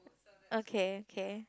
okay okay